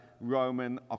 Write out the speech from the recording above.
Roman